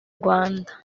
rwanda